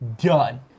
done